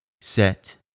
set